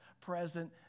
present